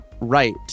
right